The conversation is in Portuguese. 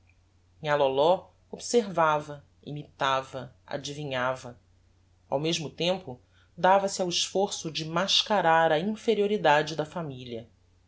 nhã loló observava imitava adivinhava ao mesmo tempo dava-se ao esforço de mascarar a inferioridade da familia